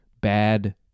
bad